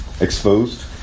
exposed